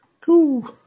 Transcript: Cool